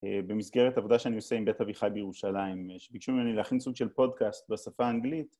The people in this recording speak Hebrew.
במסגרת עבודה שאני עושה עם בית אביחי בירושלים, כשביקשו ממני להכין סוג של פודקאסט בשפה האנגלית